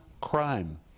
crime